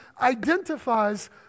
identifies